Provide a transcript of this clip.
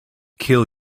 kill